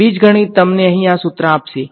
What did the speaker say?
બીજગણિત તમને અહીં આ સુત્ર આપશે